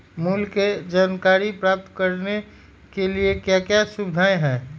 मूल्य के जानकारी प्राप्त करने के लिए क्या क्या सुविधाएं है?